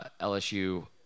LSU